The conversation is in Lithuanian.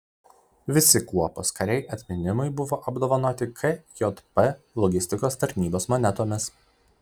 visi kuopos kariai atminimui buvo apdovanoti kjp logistikos tarnybos monetomis